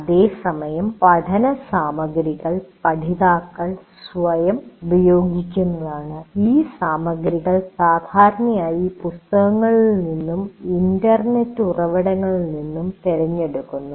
അതേസമയംപഠനമഗ്രികൾ പഠിതാക്കൾ സ്വയം ഉപയോഗിക്കുന്നതാണ് ഈ സാമഗ്രികൾ സാധാരണയായി പുസ്തകങ്ങളിൽ നിന്നും ഇന്റർനെറ്റ് ഉറവിടങ്ങളിൽ നിന്നും തിരഞ്ഞെടുക്കുന്നു